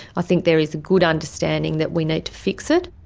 i think there is a good understanding that we need to fix it.